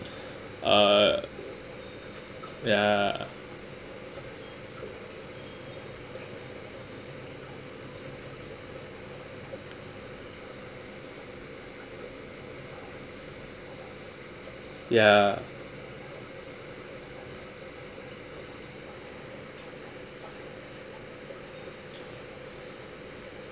ah ya ya